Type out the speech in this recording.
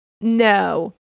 No